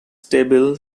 table